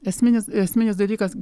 esminis esminis dalykas